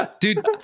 Dude